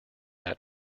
that